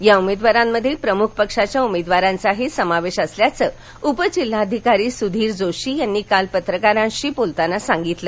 या उमेदवारांमध्ये प्रमुख पक्षाच्या उमेदवारांचाही समावेश असल्याचं उपजिल्हाधिकारी सुधीर जोशी यांनी काल पत्रकारांशी बोलताना सांगितलं